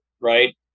right